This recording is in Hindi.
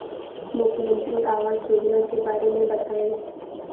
मुख्यमंत्री आवास योजना के बारे में बताए?